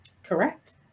correct